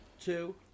two